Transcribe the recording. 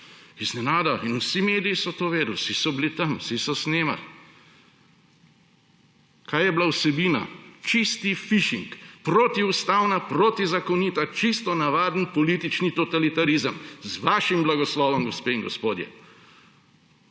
In vsi mediji so to vedeli, vsi so bili tam, vsi so snemali. Kaj je bila vsebina? Čisti fishing, protiustavna, protizakonita, čisto navaden politični totalitarizem – z vašim blagoslovom, gospe in gospodje.